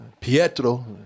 Pietro